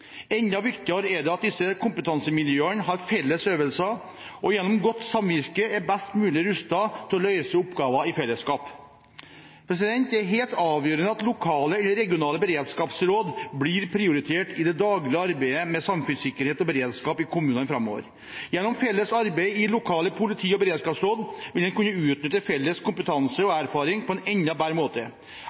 Enda viktigere er det at disse kompetansemiljøene har felles øvelser og gjennom godt samvirke er best mulig rustet til å løse oppgaver i fellesskap. Det er helt avgjørende at lokale eller regionale beredskapsråd blir prioritert i det daglige arbeidet med samfunnssikkerhet og beredskap i kommunene framover. Gjennom felles arbeid i lokale politi- og beredskapsråd vil en kunne utnytte felles kompetanse og erfaring på en enda bedre måte.